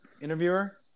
Interviewer